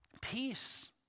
Peace